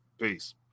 Peace